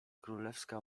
królewska